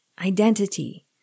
identity